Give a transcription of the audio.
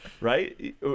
right